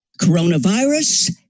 coronavirus